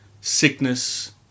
sickness